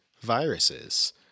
viruses